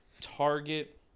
target